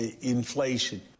inflation